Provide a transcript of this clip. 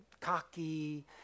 cocky